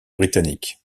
britannique